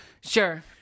Sure